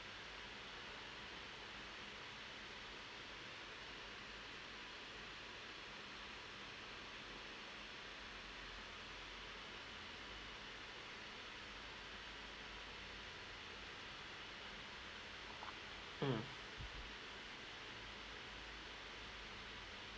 mm